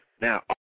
Now